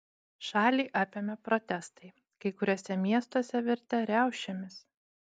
šalį apėmė protestai kai kuriuose miestuose virtę riaušėmis